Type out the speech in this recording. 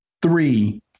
Three